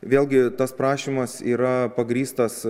vėlgi tas prašymas yra pagrįstas